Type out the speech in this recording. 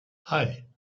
hei